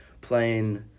playing